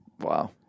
Wow